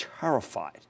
terrified